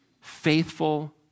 Faithful